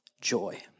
Joy